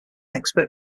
expert